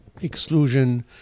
exclusion